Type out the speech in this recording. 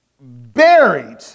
buried